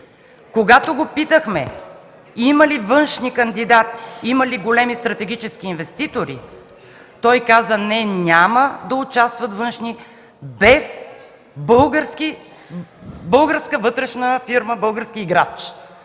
Когато го попитахме има ли външни кандидати, има ли големи стратегически инвеститори, той каза: „Не, няма да участват външни без български играч”. Как го